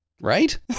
right